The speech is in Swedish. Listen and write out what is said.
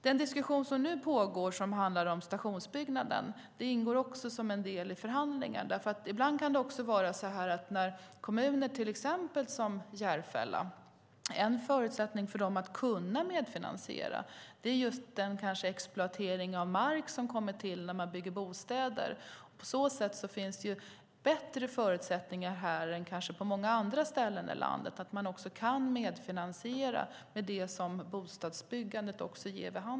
Den diskussion som nu pågår, som handlar om stationsbyggnaden, ingår också som en del i förhandlingen. Ibland är en förutsättning för kommuner att medfinansiera, till exempel Järfälla, exploateringen av mark som sker vid byggande av bostäder. På så sätt finns bättre förutsättningar här än på många andra ställen i landet att medfinansiera med hjälp av det som bostadsbyggandet ger.